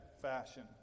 fashion